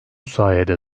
sayede